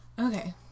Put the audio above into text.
Okay